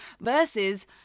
versus